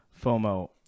fomo